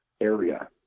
area